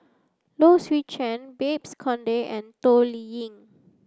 Low Swee Chen Babes Conde and Toh Liying